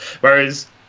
Whereas